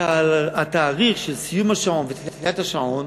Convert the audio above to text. שהתאריך של סיום השעון ותחילת השעון